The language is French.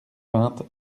vingt